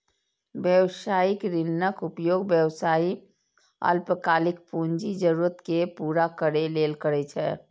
व्यावसायिक ऋणक उपयोग व्यवसायी अल्पकालिक पूंजी जरूरत कें पूरा करै लेल करै छै